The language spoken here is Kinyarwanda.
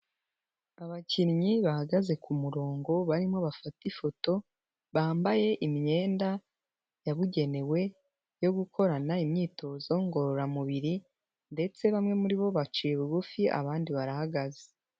Abakinnyi bahagaze ku murongo barimo bafata ifoto, bambaye imyenda yabugenewe yo gukorana imyitozo ngororamubiri ndetse bamwe muri bo baciye bugufi, abandi barahagaze.